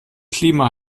klima